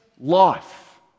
life